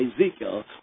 Ezekiel